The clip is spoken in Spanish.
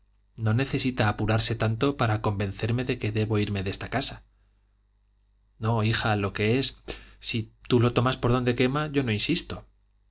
tres pulgadas no necesita apurarse tanto para convencerme de que debo irme de esta casa no hija lo que es si tú lo tomas por donde quema yo no insisto